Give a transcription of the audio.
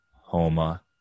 Homa